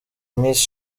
miss